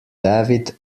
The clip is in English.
david